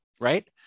Right